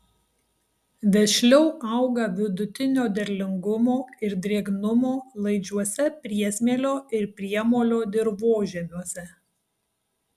vešliau auga vidutinio derlingumo ir drėgnumo laidžiuose priesmėlio ir priemolio dirvožemiuose